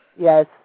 Yes